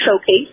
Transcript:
Showcase